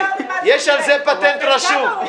יש על זה פטנט רשום ...